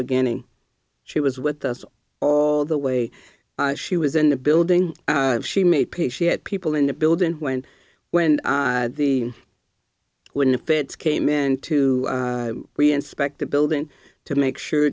beginning she was with us all the way she was in the building she made pay she had people in the building when when the when the feds came in to reinspect the building to make sure